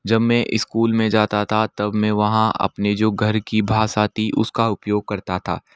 जब मैं स्कूल में जाता था तब मैं वहाँ अपने जो घर की भाषा थी उस का उपयोग करता था